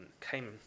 came